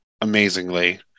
amazingly